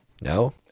No